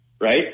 right